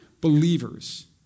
believers